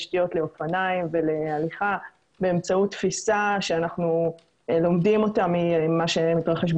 יש לנו משימה אסטרטגית שאנחנו מובילים יחד עם לא מעט משרדי ממשלה,